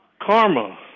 karma